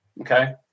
okay